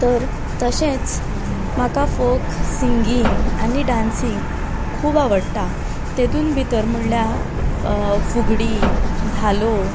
तर तशेंच म्हाका फोक सिंगींग आनी डांसींग खूब आवडटा तातून भितर म्हणल्यार फुगडी धालो